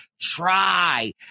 try